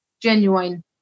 genuine